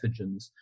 pathogens